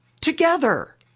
together